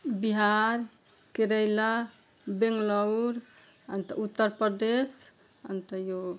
बिहार केरला बेङ्लोर अन्त उत्तर प्रदेश अन्त यो